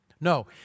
No